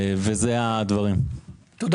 תודה רבה.